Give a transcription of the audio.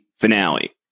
finale